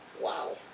wow